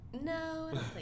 No